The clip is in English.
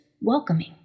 welcoming